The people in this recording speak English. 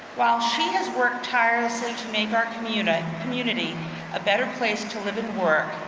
while she has worked tirelessly to make our community community a better place to live and work,